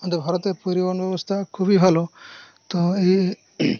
আমাদের ভারতের পরিবহন ব্যবস্থা খুবই ভালো তো এই